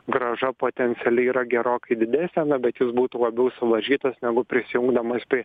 grąža potencialiai yra gerokai didesnė bet jis būtų labiau suvaržytas negu prisijungdamas prie